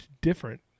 different